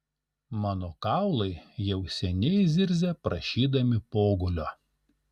mano kaulai jau seniai zirzia prašydami pogulio